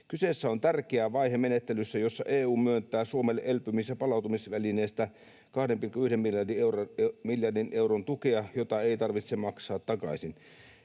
Kyseessä on tärkeä vaihe menettelyssä, jossa EU myöntää Suomelle elpymis- ja palautumisvälineestä 2,1 miljardia euroa tukea, jota ei tarvitse maksaa takaisin.”